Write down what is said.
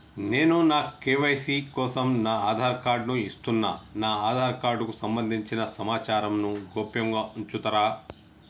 నేను నా కే.వై.సీ కోసం నా ఆధార్ కార్డు ను ఇస్తున్నా నా ఆధార్ కార్డుకు సంబంధించిన సమాచారంను గోప్యంగా ఉంచుతరా?